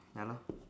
ya lah